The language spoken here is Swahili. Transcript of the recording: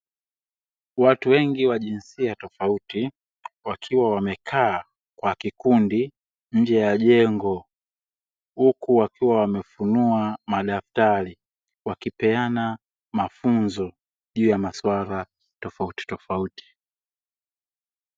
Watu wengi wa jinsia tofauti wakiwa wamekaa kwa kikundi nje ya jengo huku wakiwa wamefunua madaftari wakipeana mafunzo juu ya masuala tofauti tofauti.